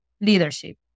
leadership